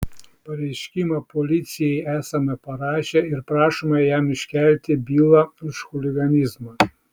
pareiškimą policijai esame parašę ir prašome jam iškelti bylą už chuliganizmą